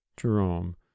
Jerome